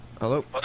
Hello